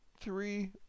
three